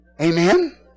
Amen